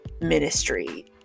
ministry